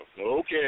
okay